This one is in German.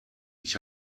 ich